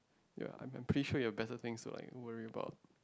ya I'm I'm pretty sure you have better things to like worry about